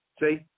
see